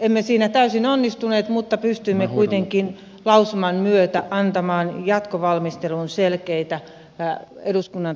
emme siinä täysin onnistuneet mutta pystymme kuitenkin lausuman myötä antamaan jatkovalmisteluun selkeitä eduskunnan tavoitteita